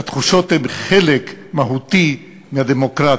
והתחושות הן חלק מהותי מהדמוקרטיה.